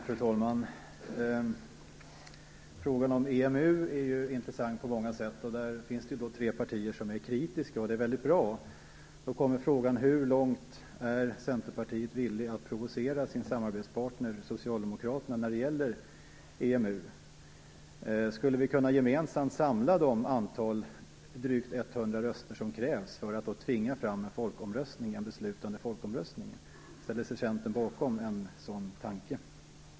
Fru talman! Frågan om EMU är intressant på många sätt. Det finns tre partier som är kritiska, och det är väldigt bra. Frågan är hur långt Centerpartiet är villigt att provocera sin samarbetspartner Socialdemokraterna när det gäller EMU. Skulle vi kunna samla de drygt hundra röster som krävs för att tvinga fram en beslutande folkomröstning? Ställer sig Centern bakom en sådan tanke?